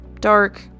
dark